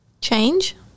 Change